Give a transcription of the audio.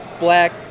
black